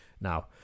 now